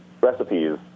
recipes